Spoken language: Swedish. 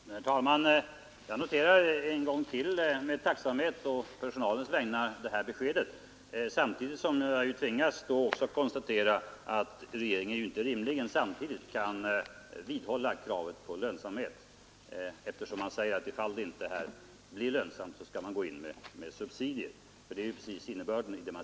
Herr talman! Jag noterar en gång till med tacksamhet å personalens vägnar det här beskedet, samtidigt som jag tvingas konstatera att regeringen inte rimligen då också kan vidhålla kravet på lönsamhet. För vad man säger är ju att ifall verksamheten inte blir lönsam skall man gå in med subsidier.